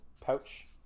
pouch